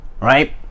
right